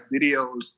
videos